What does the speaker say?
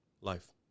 life